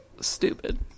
stupid